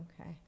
okay